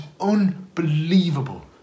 unbelievable